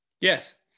Yes